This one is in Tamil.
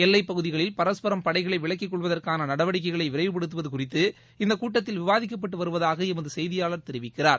எல்லைப்பகுதிகளில் பரஸ்பரம் படைகளை விலக்கிக் கொள்வதற்னன நடவடிக்கைகளை விரைவுபடுத்தவது குறித்து இந்த கூட்டத்தில் விவாதிக்கப்பட்டு வருவதாக எமது செய்தியாளர் தெரிவிக்கிறார்